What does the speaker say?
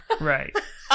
Right